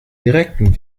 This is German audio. direkten